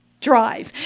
drive